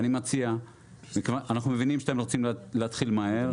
אנחנו מבינים שאתם רוצים להתחיל מהר,